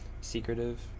secretive